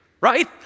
right